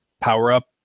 power-up